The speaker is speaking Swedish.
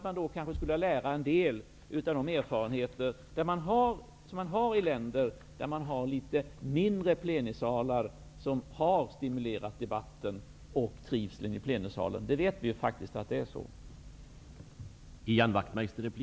Man skulle då kunna dra lärdom av erfarenheter från de länder där man har mindre plenisalar, vilket har stimulerat debatten och ökat trivseln.